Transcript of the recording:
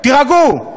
תירגעו,